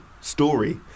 story